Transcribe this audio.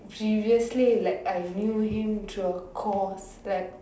previously like I knew him through a course like